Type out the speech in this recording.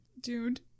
dude